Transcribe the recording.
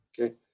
Okay